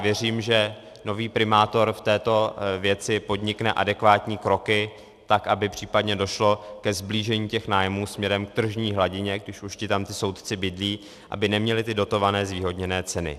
Věřím, že nový primátor v této věci podnikne adekvátní kroky tak, aby případně došlo ke sblížení nájmů směrem k tržní hladině, když už tam soudci bydlí, aby neměli dotované zvýhodněné ceny.